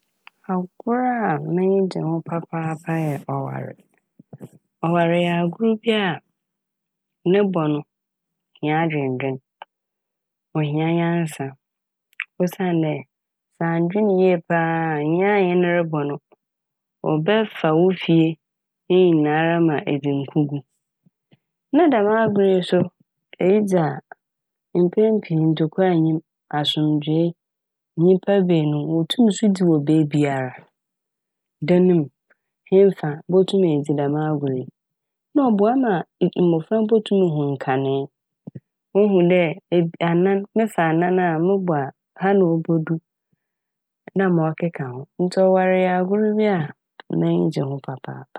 Agor a m'enyi gye ho papaapa yɛ ɔware. Ɔware yɛ agor bi a ne bɔ no ohia adwendwen, ohia nyansa. Osiandɛ anndwen yie paa nyia enye n' robɔ no ɔbɛfa wo fie ne nyinaa ma edzi nkugu. Na dɛm agor yi so edzi a mpɛn pii no ntokwa nnyi m', asomdwee, nyimpa beenu. Wotum so dzi no wɔ beebi biara, dan mu, henfa botum edzi dɛm agor yi. Na ɔboa ma mbofra tum hu nkanee. Wohu dɛ eb- anan mesa anan a mobɔ a ha na obodu. Na ma ɔkekaho ntsi ɔware yɛ agor bi a m'enyi gye ho.